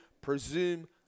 presume